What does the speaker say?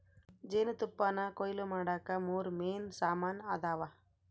ಜೇನುತುಪ್ಪಾನಕೊಯ್ಲು ಮಾಡಾಕ ಮೂರು ಮೇನ್ ಸಾಮಾನ್ ಅದಾವ